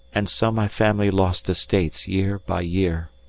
and so my family lost estates year by year,